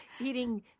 eating